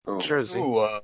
Jersey